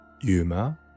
Yuma